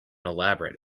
elaborate